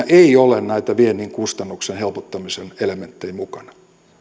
ei ole näitä viennin kustannusten helpottamisen elementtejä mukana